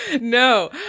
No